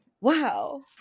Wow